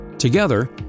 Together